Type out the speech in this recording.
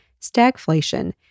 stagflation